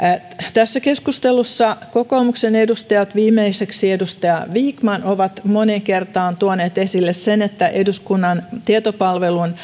tässä keskustelussa kokoomuksen edustajat viimeiseksi edustaja vikman ovat moneen kertaan tuoneet esille sen että eduskunnan tietopalvelun